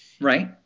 Right